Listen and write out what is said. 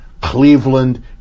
Cleveland